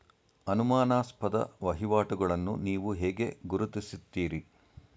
ಅನುಮಾನಾಸ್ಪದ ವಹಿವಾಟುಗಳನ್ನು ನೀವು ಹೇಗೆ ಗುರುತಿಸುತ್ತೀರಿ?